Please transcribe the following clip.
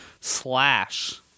slash